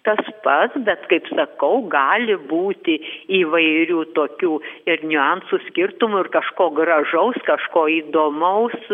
tas pats bet kaip sakau gali būti įvairių tokių ir niuansų skirtumų ir kažko gražaus kažko įdomaus